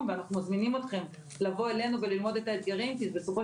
ואנחנו מזמינים אתכם לבוא אלינו וללמוד את האתגרים כי בסופו